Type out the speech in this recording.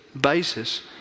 basis